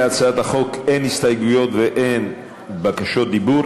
להצעת החוק אין הסתייגויות ואין בקשות דיבור.